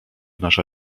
nasza